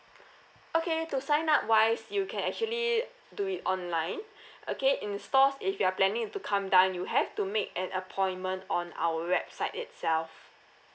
okay to sign up wise you can actually do it online okay in stores if you are planning to come down you have to make an appointment on our website itself